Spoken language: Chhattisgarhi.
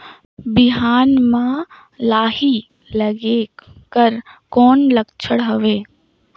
बिहान म लाही लगेक कर कौन लक्षण हवे?